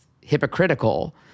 hypocritical